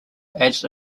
adds